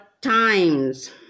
times